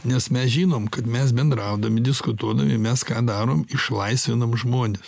nes mes žinom kad mes bendraudami diskutuodami mes ką darom išlaisvinam žmones